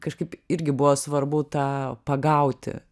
kažkaip irgi buvo svarbu tą pagauti